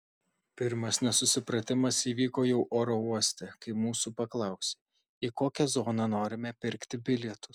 pirmas nesusipratimas įvyko jau oro uoste kai mūsų paklausė į kokią zoną norime pirkti bilietus